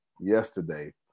yesterday